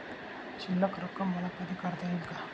शिल्लक रक्कम मला कधी काढता येईल का?